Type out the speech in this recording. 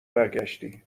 برگشتی